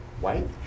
white